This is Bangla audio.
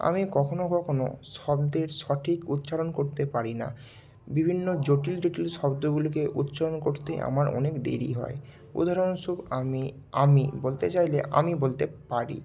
আমি কখনও কখনও শব্দের সঠিক উচ্চারণ করতে পারি না বিভিন্ন জটিল জটিল শব্দগুলিকে উচ্চারণ করতে আমার অনেক দেরি হয় উদাহরণ স্বরূপ আমি আমি বলতে চাইলে আমি বলতে পারি